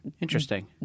Interesting